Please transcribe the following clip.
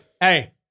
Hey